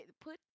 put